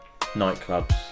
nightclubs